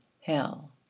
hell